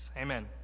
Amen